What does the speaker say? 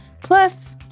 Plus